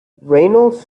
reynolds